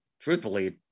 Truthfully